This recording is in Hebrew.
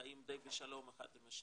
וחיות די בשלום אחת עם השנייה.